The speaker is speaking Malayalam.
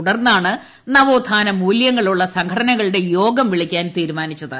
തുടർന്നാണ് നവോത്ഥാനമൂല്യങ്ങളുള്ള സംഘടനകളുടെ യോഗം വിളിക്കാൻ തീരുമാനിച്ചത്